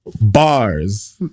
Bars